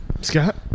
Scott